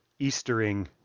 Eastering